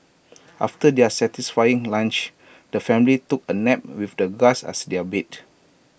after their satisfying lunch the family took A nap with the grass as their bed